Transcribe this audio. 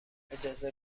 اجازه